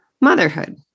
Motherhood